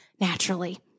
naturally